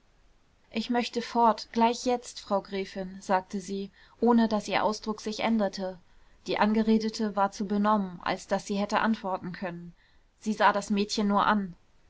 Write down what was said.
ich möchte fort gleich jetzt frau gräfin sagte sie ohne daß ihr ausdruck sich änderte die angeredete war zu benommen als daß sie hätte antworten können sie sah das mädchen nur an